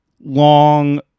long